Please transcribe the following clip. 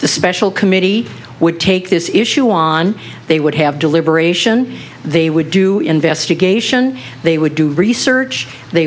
the special committee would take this issue on they would have deliberation they would do investigation they would do research they